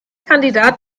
kandidat